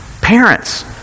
Parents